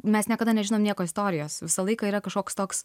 mes niekada nežinom nieko istorijos visą laiką yra kažkoks toks